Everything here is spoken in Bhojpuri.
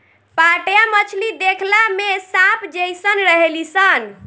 पाटया मछली देखला में सांप जेइसन रहेली सन